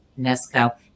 UNESCO